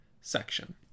Section